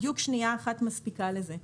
בדיוק שנייה אחת מספיקה לזה.